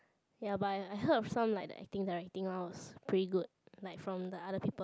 ya but I I heard of some like the acting directing one was pretty good like from the other people